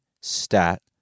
stat